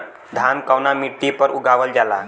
धान कवना मिट्टी पर उगावल जाला?